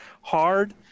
hard